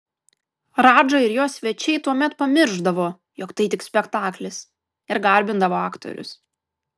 radža ir jo svečiai tuomet pamiršdavo jog tai tik spektaklis ir garbindavo aktorius